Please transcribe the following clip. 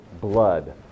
blood